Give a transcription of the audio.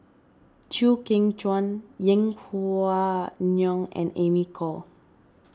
Chew Kheng Chuan Yeng Pway Ngon and Amy Khor